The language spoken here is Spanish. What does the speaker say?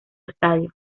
estadio